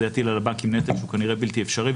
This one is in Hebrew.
זה יטיל על הבנקים נטל שהוא כנראה בלתי אפשרי,